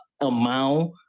amount